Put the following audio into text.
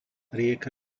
rieka